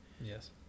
Yes